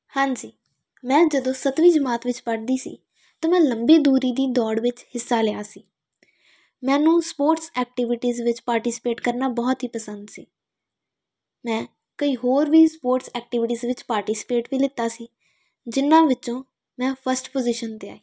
ਹਾਂਜੀ ਮੈਂ ਜਦੋਂ ਸੱਤਵੀਂ ਜਮਾਤ ਵਿੱਚ ਪੜ੍ਹਦੀ ਸੀ ਅਤੇ ਮੈਂ ਲੰਬੀ ਦੂਰੀ ਦੀ ਦੌੜ ਵਿੱਚ ਹਿੱਸਾ ਲਿਆ ਸੀ ਮੈਨੂੰ ਸਪੋਰਟਸ ਐਕਟੀਵਿਟੀਜ਼ ਵਿੱਚ ਪਾਰਟੀਸਪੇਟ ਕਰਨਾ ਬਹੁਤ ਹੀ ਪਸੰਦ ਸੀ ਮੈਂ ਕਈ ਹੋਰ ਵੀ ਸਪੋਰਟਸ ਐਕਟੀਵਿਟੀਜ਼ ਵਿੱਚ ਪਾਰਟੀਸਪੇਟ ਵੀ ਲਿਤਾ ਸੀ ਜਿਨ੍ਹਾਂ ਵਿੱਚੋਂ ਮੈਂ ਫਸਟ ਪੋਜੀਸ਼ਨ 'ਤੇ ਆਈ